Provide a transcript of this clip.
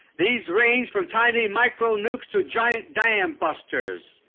these range from tiny micro-nukes to giant dam busters.